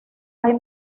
hay